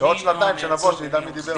בעוד שנתיים שנבוא, שנדע מי דיבר פה.